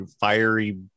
fiery